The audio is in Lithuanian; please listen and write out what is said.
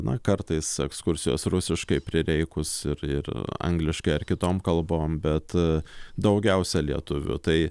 na kartais ekskursijos rusiškai prireikus ir ir angliškai ar kitom kalbom bet daugiausia lietuvių tai